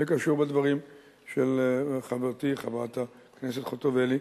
זה קשור בדברים של חברתי חברת הכנסת חוטובלי,